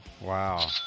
Wow